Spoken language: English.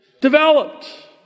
developed